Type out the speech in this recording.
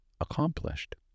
accomplished